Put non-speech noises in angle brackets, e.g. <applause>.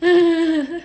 <laughs>